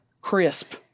Crisp